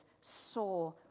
saw